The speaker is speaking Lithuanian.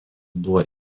buvo